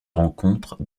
rencontrent